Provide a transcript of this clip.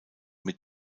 mit